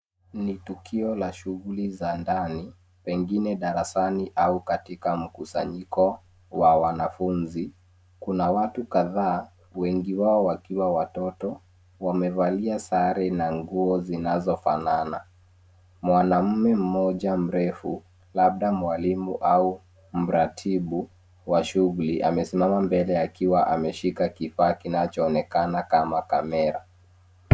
Ni tukio la shughuli za ndani pengine darasani au katika mkusanyiko wa wanafunzi, kuna watu kadhaa wengi wao wakiwa watoto wamevalia sare na nguo zinazofanana mwanaume mmoja mrefu labda mwalimu au mratibu wa shughuli amesimama mbele akiwa ameshika kifaa kinachoonekana kama kamera.